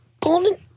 Golden